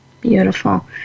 Beautiful